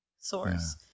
source